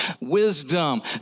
wisdom